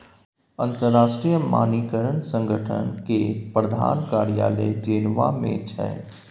अंतरराष्ट्रीय मानकीकरण संगठन केर प्रधान कार्यालय जेनेवा मे छै